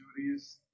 juries